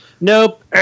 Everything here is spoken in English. Nope